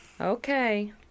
Okay